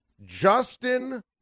Justin